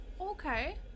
Okay